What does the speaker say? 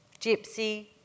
gypsy